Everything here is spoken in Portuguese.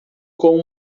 com